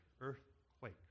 earthquake